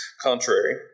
contrary